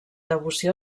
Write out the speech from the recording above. devoció